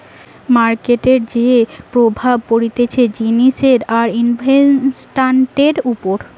মার্কেটের যে প্রভাব পড়তিছে জিনিসের আর ইনভেস্টান্টের উপর